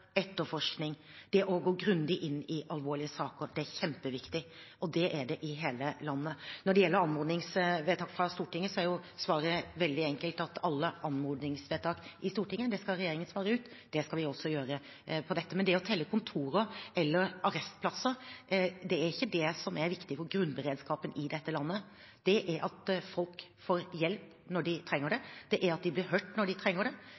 etterforskning, det å gå grundig inn i alvorlige saker, er kjempeviktig, og det er det i hele landet. Når det gjelder anmodningsvedtaket fra Stortinget, er svaret veldig enkelt. Alle anmodningsvedtak i Stortinget skal regjeringen følge opp, og det skal vi gjøre også med dette. Men det å telle kontorer eller arrestplasser er ikke det som er viktig for grunnberedskapen i dette landet. Det er at folk får hjelp når de trenger det, og at de blir hørt når de trenger det.